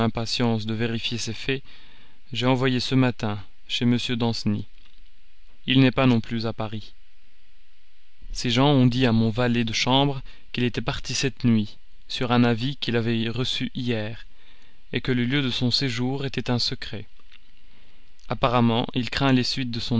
de vérifier ces faits j'ai envoyé ce matin chez m danceny il n'est pas non plus à paris ses gens ont dit à mon valet de chambre qu'il était parti cette nuit sur un avis qu'il avait reçu hier que le lieu de son séjour était un secret apparemment il craint les suites de